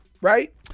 Right